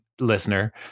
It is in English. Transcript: listener